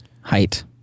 height